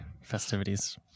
festivities